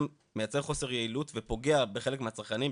מייצר חוסר יעילות ופוגע בחלק מהצרכנים,